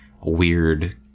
weird